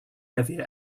heavier